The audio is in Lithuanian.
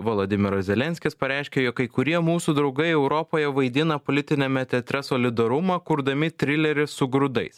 volodimiras zelenskis pareiškė jog kai kurie mūsų draugai europoje vaidina politiniame teatre solidarumą kurdami trilerį su grūdais